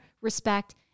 respect